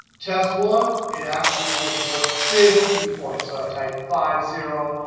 test one, it actually was worth fifty points. so i type five zero.